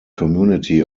community